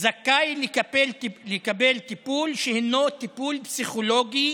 זכאי לקבל טיפול שהינו טיפול פסיכולוגי